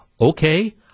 okay